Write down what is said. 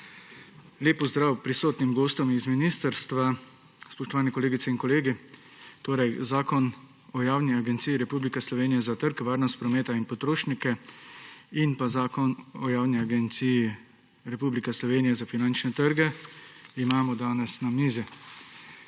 Lep pozdrav prisotnim gostom iz ministrstva. Spoštovani kolegice in kolegi! Danes imamo na mizi zakon o javni agenciji Republike Slovenije za trg, varnost prometa in potrošnike in pa zakon o javni agenciji Republike Slovenije za finančne trge. Gospodarstveniki